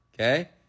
okay